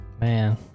Man